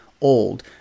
old